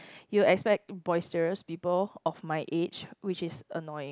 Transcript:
you'll expect boisterous people of my age which is annoying